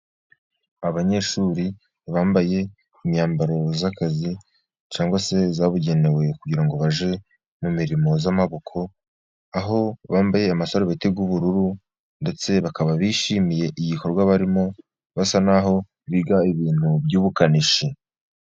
Abanyeshuri bambaye imyambaro z'akazi cyangwa se zabugenewe kugira ngo bajye mu mirimo z'amaboko aho bambaye amasarubeti y'ubururu ndetse bakaba bishimiye igikorwa barimo basa naho biga ibintu by'ubukanishi.